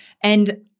And-